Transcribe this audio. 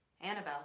Annabelle